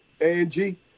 Angie